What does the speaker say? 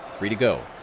three to go.